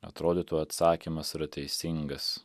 atrodytų atsakymas yra teisingas